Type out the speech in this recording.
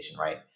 right